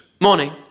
Morning